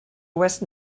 west